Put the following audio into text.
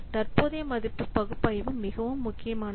தற்போதைய மதிப்பு பகுப்பாய்வு மிகவும் முக்கியமானது